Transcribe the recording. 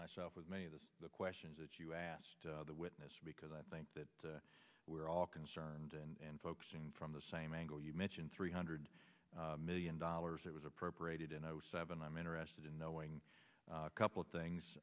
myself with many of the questions that you asked the witness because i think that we're all concerned and focusing from the same angle you mentioned three hundred million dollars that was appropriated and i was seven i'm interested in knowing couple of things